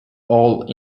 old